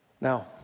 Now